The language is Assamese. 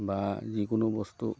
বা যিকোনো বস্তু